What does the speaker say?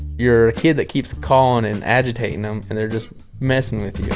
you're a kid that keeps calling and agitating them, and they're just messing with